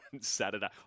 Saturday